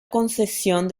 concesión